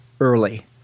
early